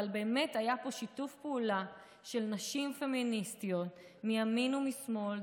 באמת היה פה שיתוף פעולה של נשים פמיניסטיות מימין ומשמאל,